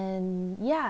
ya